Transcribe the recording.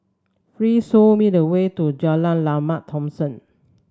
please show me the way to Jalan Lembah Thomson